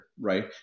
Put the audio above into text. right